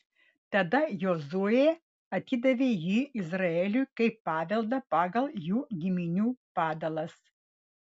tada jozuė atidavė jį izraeliui kaip paveldą pagal jų giminių padalas